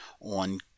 on